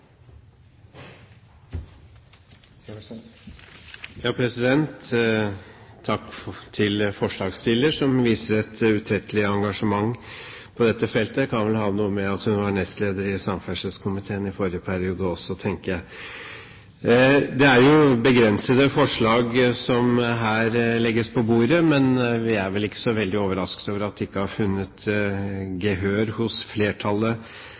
Takk til forslagsstilleren, som viser et utrettelig engasjement på dette feltet. Det kan vel ha noe med å gjøre at hun var nestleder i samferdselskomiteen i forrige periode, også, tenker jeg. Det er jo begrensede forslag som her legges på bordet, men vi er vel ikke så veldig overrasket over at de ikke har funnet gehør hos flertallet.